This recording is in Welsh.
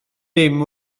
dim